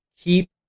keep